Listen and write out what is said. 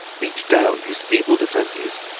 beat down his feeble defences,